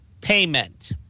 payment